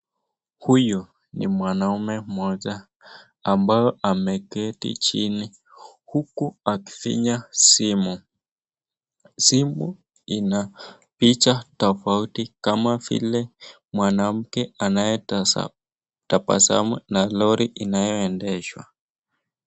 Huyu ni mwanaume mmoja ambaye ameketi chini huku akifinya simu. Simu ina picha tofauti kama vile mwanamke anayetabasamu na lori inayoendeshwa.